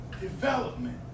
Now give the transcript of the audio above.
development